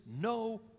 no